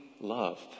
love